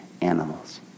animals